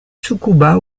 tsukuba